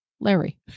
Larry